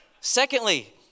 Secondly